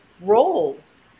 roles